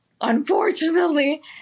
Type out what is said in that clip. unfortunately